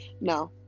No